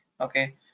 Okay